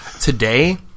Today